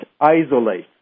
Isolate